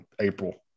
April